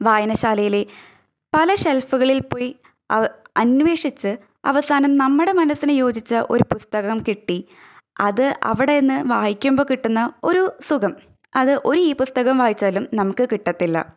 വായനശാലയിലെ പല ഷെൽഫുകളിൽ പോയി അ അന്വേഷിച്ച് അവസാനം നമ്മുടെ മനസ്സിന് യോജിച്ച ഒരു പുസ്തകം കിട്ടി അത് അവിടെ നിന്ന് വായിക്കുമ്പോൾ കിട്ടുന്ന ഒരു സുഖം അത് ഒരു ഇ പുസ്തകം വായിച്ചാലും നമുക്ക് കിട്ടത്തില്ല